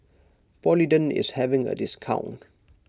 Polident is having a discount